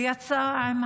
ויצא עם